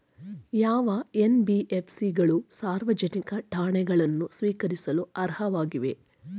ಯಾವ ಎನ್.ಬಿ.ಎಫ್.ಸಿ ಗಳು ಸಾರ್ವಜನಿಕ ಠೇವಣಿಗಳನ್ನು ಸ್ವೀಕರಿಸಲು ಅರ್ಹವಾಗಿವೆ?